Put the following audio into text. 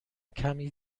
کمی